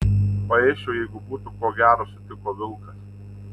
paėsčiau jeigu būtų ko gero sutiko vilkas